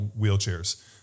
wheelchairs